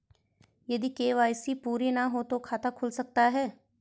यदि के.वाई.सी पूरी ना हो तो खाता खुल सकता है?